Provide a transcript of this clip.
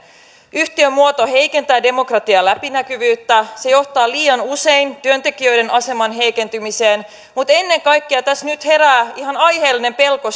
yhtiömuoto heikentää demokratian läpinäkyvyyttä se johtaa liian usein työntekijöiden aseman heikentymiseen mutta ennen kaikkea tässä nyt herää ihan aiheellinen pelko